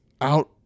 out